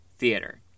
theater